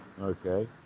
Okay